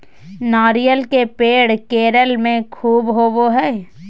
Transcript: नारियल के पेड़ केरल में ख़ूब होवो हय